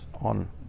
on